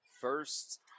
First